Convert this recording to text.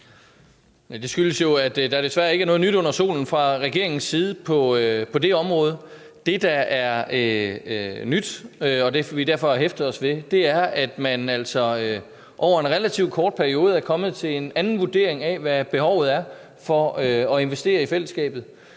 Det skyldes jo, at der desværre ikke er noget nyt under solen fra regeringens side på det område. Det, der er nyt, og som vi derfor har hæftet os ved, er, at man over en relativt kort periode er kommet til en anden vurdering af, hvad behovet for at investere i fællesskabet